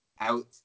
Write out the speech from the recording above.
out